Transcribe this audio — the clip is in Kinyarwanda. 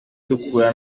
dukura